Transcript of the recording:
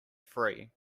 free